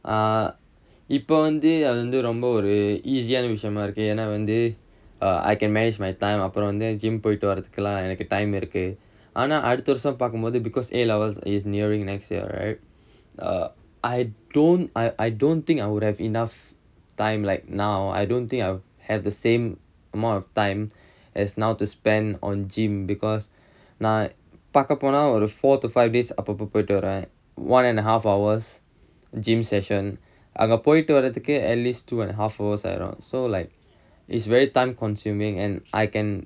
இப்ப வந்து அது வந்து ரொம்ப ஒரு:ippa vanthu athu vanthu romba oru easy ஆன விஷயமா இருக்கு ஏன்னா வந்து:aana vishayamaa irukku yaennaa vanthu err I can manage my time அப்புறம் வந்து:appuram vanthu gym போய்ட்டு வரதுகெல்லா:poyittu varathukellaa time இருக்கு ஆனா அடுத்த வருஷம் பாக்கும்போது:irukku aanaa adutha varusham paakkumpothu because A levels is nearing next year right err I don't I I don't think I would have enough time like now I don't think I have the same amount of time as now to spend on gym because நா பாக்க போனா ஒரு:naa paakka ponaa oru four to five days அப்பப்ப போயிட்டு வரேன்:appappa poyittu varen one and a half hours gym session அங்க போயிட்டு வரதுக்கே:anga poyittu varathukkae at least two and a half hours ஆயிரும்:aayirum so like it's very time consuming and I can